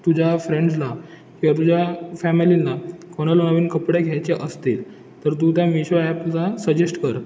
तुझ्या फ्रेंड्सला किंवा तुझ्या फॅमिलींना कोणाला नवीन कपडे घ्यायचे असतील तर तू त्या मिशो ॲपचा सजेस्ट कर